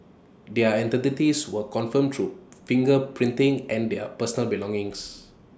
their identities were confirmed through finger printing and their personal belongings